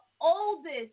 oldest